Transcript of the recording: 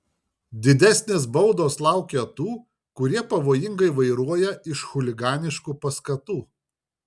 didesnės baudos laukia tų kurie pavojingai vairuoja iš chuliganiškų paskatų